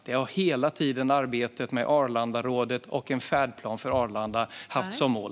Detta har arbetet med Arlandarådet och en färdplan för Arlanda hela tiden haft som mål.